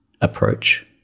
approach